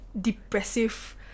depressive